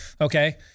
Okay